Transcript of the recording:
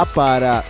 para